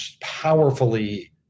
powerfully